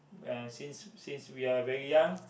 uh since since we are very young